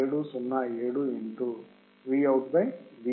707 Vout Vin కు సమానం